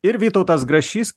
ir vytautas grašys